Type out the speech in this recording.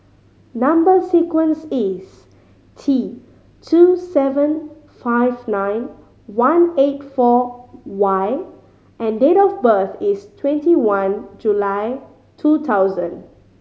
number sequence is T two seven five nine one eight four Y and date of birth is twenty one July two thousand